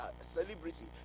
celebrity